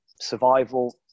survival